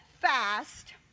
fast